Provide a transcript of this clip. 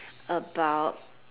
about